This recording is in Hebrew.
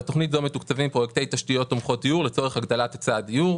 בתכנית מתוקצבים פרויקטי תשתיות תומכות דיור לצורך הגדלת היצע הדיור.